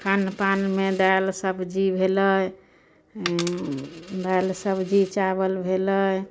खानपानमे दालि सबजी भेलै दालि सबजी चावल भेलै